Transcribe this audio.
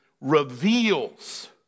reveals